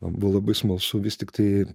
buvo labai smalsu vis tiktai